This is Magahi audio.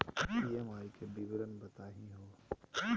ई.एम.आई के विवरण बताही हो?